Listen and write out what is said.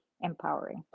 empowering